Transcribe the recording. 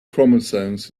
chromosomes